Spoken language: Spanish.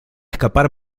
escapar